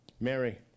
Mary